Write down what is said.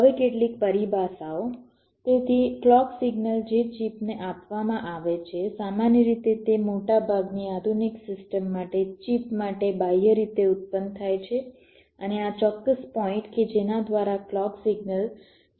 હવે કેટલીક પરિભાષાઓ તેથી ક્લૉક સિગ્નલ જે ચિપને આપવામાં આવે છે સામાન્ય રીતે તે મોટાભાગની આધુનિક સિસ્ટમ માટે ચિપ માટે બાહ્ય રીતે ઉત્પન્ન થાય છે અને આ ચોક્કસ પોઇન્ટ કે જેના દ્વારા ક્લૉક સિગ્નલ ચિપમાં પ્રવેશ કરે છે